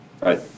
right